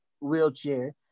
wheelchair